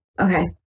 Okay